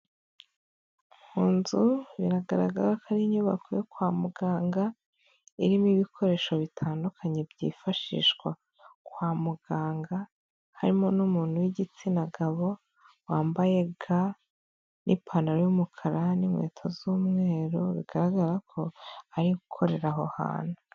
Mu nzu biragaragara ko ari inyubako yo kwa muganga, irimo ibikoresho bitandukanye byifashishwa kwa muganga, harimo n'umuntu w'igitsina gabo wambaye ga n'ipantaro y'umukara n'inkweto z'umweru bigaragara ko ari gukorera aho hantu.